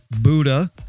Buddha